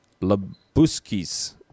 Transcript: Labuskis